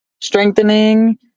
strengthening